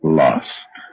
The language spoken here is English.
lost